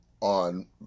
on